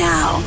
Now